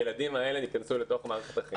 הילדים האלה ייכנסו לתוך מערכת החינוך.